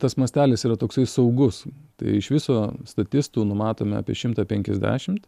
tas mastelis yra toksai saugus tai iš viso statistų numatome apie šimtą penkiasdešimt